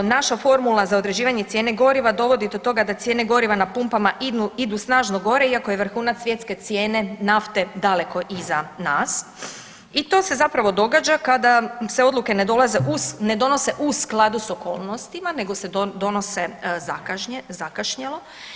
Naša formula za određivanje cijene goriva dovodi do toga da cijene goriva na pumpama idu snažno gore iako je vrhunac svjetske cijene nafte daleko iza nas i to se zapravo događa kada se odluke ne donose u skladu s okolnostima nego se donose zakašnjelo.